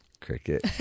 Cricket